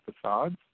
facades